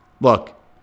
Look